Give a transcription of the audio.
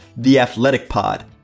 theathleticpod